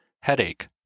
headache